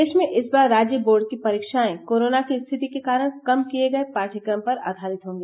प्रदेश में इस बार राज्य बोर्ड की परीक्षाएं कोरोना की स्थिति के कारण कम किए गये पाठ्यक्रम पर आधारित होंगी